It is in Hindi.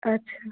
अच्छा